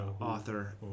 author